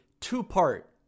two-part